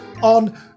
on